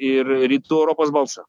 ir rytų europos balsą